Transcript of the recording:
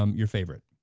um your favorite,